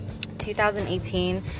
2018